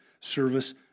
service